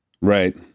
Right